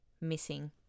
missing